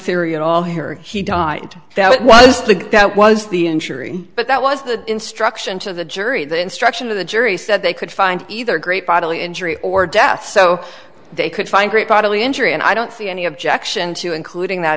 theory at all here he die that was the guy who was the injury but that was the instruction to the jury the instruction of the jury said they could find either great bodily injury or death so they could find great bodily injury and i don't see any objection to including that